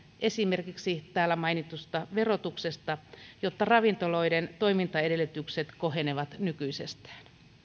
esimerkiksi täällä mainitusta verotuksesta jotta ravintoloiden toimintaedellytykset kohenevat nykyisestään